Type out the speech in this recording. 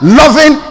loving